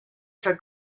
for